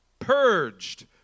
purged